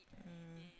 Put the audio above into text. mm